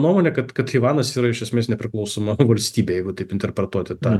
nuomonė kad kad taivanas yra iš esmės nepriklausoma valstybė jeigu taip interpretuoti tą